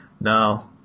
No